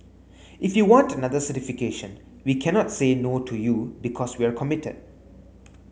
if you want another certification we cannot say no to you because we're committed